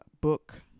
book